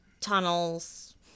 tunnels